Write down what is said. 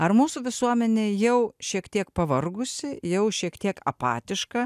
ar mūsų visuomenė jau šiek tiek pavargusi jau šiek tiek apatiška